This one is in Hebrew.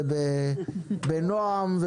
בנועם,